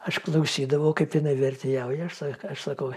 aš klausydavau kaip jinai vertėjauja aš sak aš sakau